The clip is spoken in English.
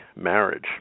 marriage